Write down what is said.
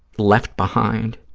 left behind,